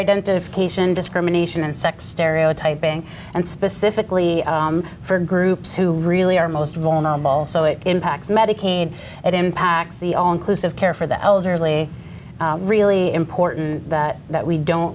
identification discrimination in sex stereotyping and specifically for groups who really are most vulnerable so it impacts medicaid it impacts the all inclusive care for the elderly really important that that we don't